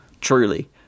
Truly